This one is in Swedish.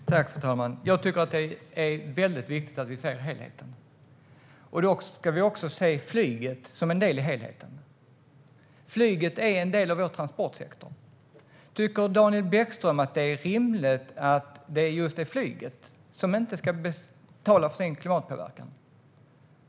Fru talman! Jag tycker att det är väldigt viktigt att se helheten och att flyget ska ses som en del i helheten. Flyget är en del av vår transportsektor. Tycker Daniel Bäckström att det är rimligt att det är flyget som inte ska betala för sin klimatpåverkan?